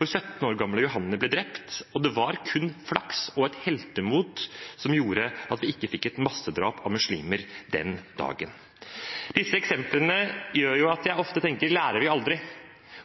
17 år gamle Johanne ble drept, og det var kun flaks og et heltemot som gjorde at vi ikke fikk et massedrap av muslimer den dagen. Disse eksemplene gjør at jeg ofte tenker: Lærer vi aldri?